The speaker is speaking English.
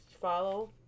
follow